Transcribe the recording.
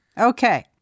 Okay